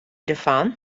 derfan